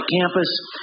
campus